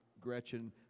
Gretchen